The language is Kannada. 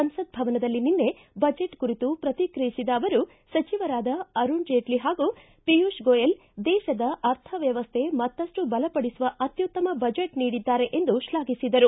ಸಂಸತ್ ಭವನದಲ್ಲಿ ನಿನ್ನೆ ಬಜೆಟ್ ಕುರಿತು ಪ್ರತಿಕ್ರಿಯಿಸಿದ ಅವರು ಸಚಿವರಾದ ಅರುಣ್ ಜೇಟ್ಲಿ ಪಾಗೂ ಪೀಯೂಷ್ ಗೋಯಲ್ ದೇಶದ ಅರ್ಥವ್ಯವಸ್ಥೆ ಮತ್ತಷ್ಟು ಬಲಪಡಿಸುವ ಅತ್ತುತ್ತಮ ಬಜೆಟ್ ನೀಡಿದ್ದಾರೆ ಎಂದು ಶ್ಲಾಘಿಸಿದರು